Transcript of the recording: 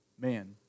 Man